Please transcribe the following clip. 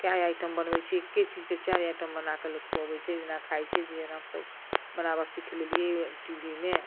कए आइटम बनबैत छियै एके चीजके चारि आइटम बना कऽ लोक खुअबैत छै जेना खाइत छै धीरे धीरे हमसभ बनावय सीखि लेलियै टी वी मे